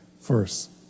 first